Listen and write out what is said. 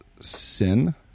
sin